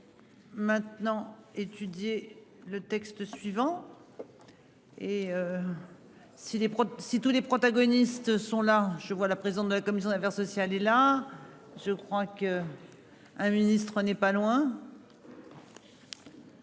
allons. Maintenant étudier le texte suivant. Et. Si les si tous les protagonistes sont là je vois la présidente de la commission d'affaires sociales et là je crois qu'. Un ministre n'est pas loin.